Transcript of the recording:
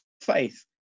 faith